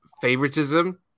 favoritism